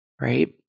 right